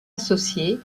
associés